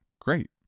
Great